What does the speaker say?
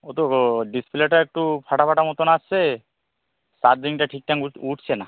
ও তো ডিসপ্লেটা একটু ফাটা ফাটা মতন আসছে চার্জিংটা ঠিকঠাক উঠছে না